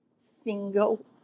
single